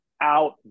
out